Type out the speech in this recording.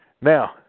Now